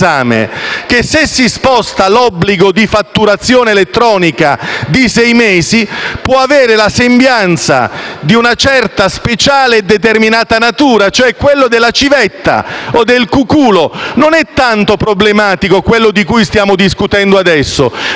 Che lo spostamento dell'obbligo di fatturazione elettronica di sei mesi può avere la sembianza di una certa speciale e determinata natura, cioè quella della civetta o del cuculo; non è tanto problematico quello di cui stiamo discutendo adesso,